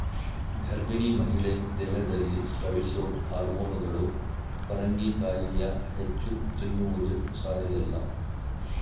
ಗರ್ಭಿಣಿ ಮಹಿಳೆ ದೇಹದಲ್ಲಿ ಸ್ರವಿಸೊ ಹಾರ್ಮೋನುಗಳು ಪರಂಗಿಕಾಯಿಯ ಹೆಚ್ಚು ತಿನ್ನುವುದು ಸಾರಿಯಲ್ಲ